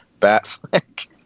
Batfleck